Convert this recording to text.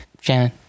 Shannon